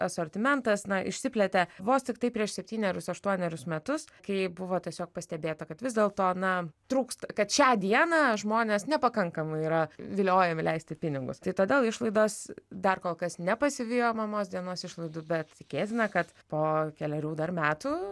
asortimentas išsiplėtė vos tiktai prieš septynerius aštuonerius metus kai buvo tiesiog pastebėta kad vis dėl to na trūksta kad šią dieną žmonės nepakankamai yra viliojami leisti pinigus tai todėl išlaidos dar kol kas nepasivijo mamos dienos išlaidų bet tikėtina kad po kelerių dar metų